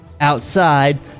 Outside